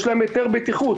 יש להם היתר בטיחות,